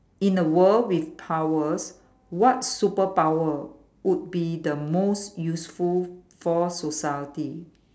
in a world with powers what superpower would be the most useful for society